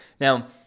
Now